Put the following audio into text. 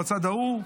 בצד ההוא,